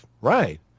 Right